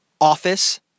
office